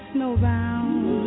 Snowbound